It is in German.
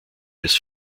des